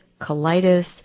colitis